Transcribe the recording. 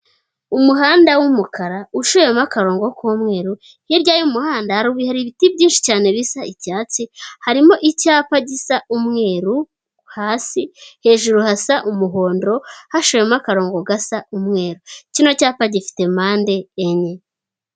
Umuhanda w'umukara uciyemomo akarongo k'umweru, hirya y'umuhanda hari ibiti byinshi cyane bisa icyatsi, harimo icyapa gisa umweru hasi, hejuru hasa umuhondo haciyemo akarongo gasa umweru, kino cyapa gifite mpande enye.